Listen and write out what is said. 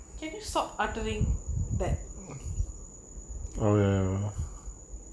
can you stop uttering that